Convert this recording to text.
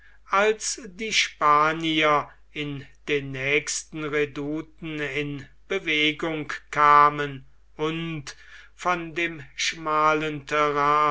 als die spanier in den nächsten redouten in bewegung kamen und von dem schmalen terrain